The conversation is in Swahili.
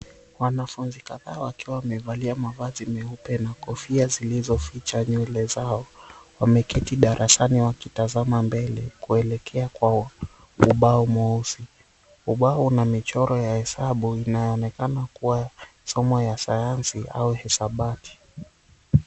Wanafunzi kadhaa wakiwa wamevalia mavazi meupe na kofia zilizoficha nywele zao wameketi darasani wakitazama mbele kuelekea kwa ubao mweusi. Ubao unamichoro ya hesabu inaonekana kuwa somo ya sayansi au hisabati.